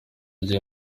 gihe